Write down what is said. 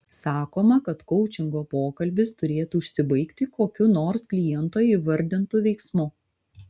sakoma kad koučingo pokalbis turėtų užsibaigti kokiu nors kliento įvardintu veiksmu